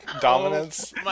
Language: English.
dominance